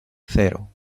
cero